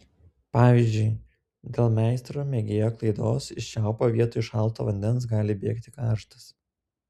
pavyzdžiui dėl meistro mėgėjo klaidos iš čiaupo vietoj šalto vandens gali bėgti karštas